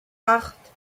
acht